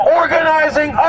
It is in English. organizing